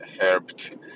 helped